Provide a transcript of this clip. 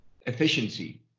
efficiency